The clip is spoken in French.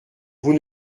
vous